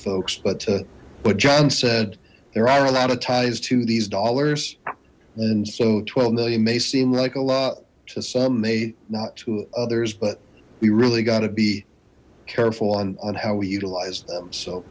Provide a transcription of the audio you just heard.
folks but to what john said there are a lot of ties to these dollars and so twelve million may seem like a lot to some mate not to others but we really got to be careful on how we utilize them so